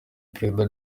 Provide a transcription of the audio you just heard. perezida